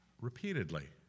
repeatedly